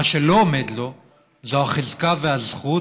מה שלא עומד לו זאת החזקה והזכות,